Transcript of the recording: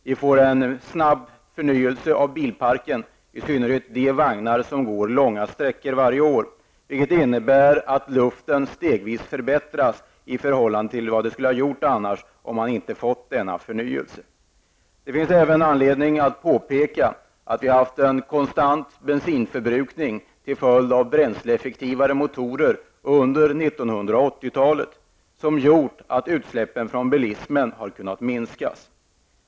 Vi får en snabb förnyelse av bilparken, och i synnerhet gäller det de bilar som går långa sträckor varje år, vilket innebär att luften stegvis förbättras i förhållande till hur den skulle vara om man inte fått denna förnyelse. Det finns även anledning att påpeka att vi haft en konstant bensinförbrukning till följd av bränsleeffektivare motorer under 80-talet, vilket gjort att utsläppen från bilismen har kunnat minskas.